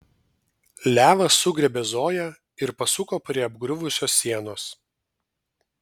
levas sugriebė zoją ir pasuko prie apgriuvusios sienos